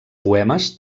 poemes